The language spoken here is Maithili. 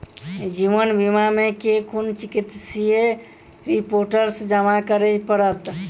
जीवन बीमा मे केँ कुन चिकित्सीय रिपोर्टस जमा करै पड़त?